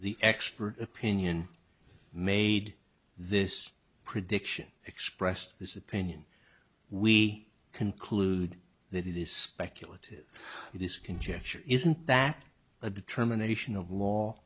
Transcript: the expert opinion made this prediction expressed this opinion we conclude that it is speculative it is conjecture isn't that a determination of law